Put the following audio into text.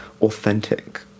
authentic